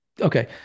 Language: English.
okay